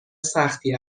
سختی